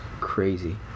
crazy